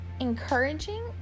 encouraging